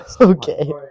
Okay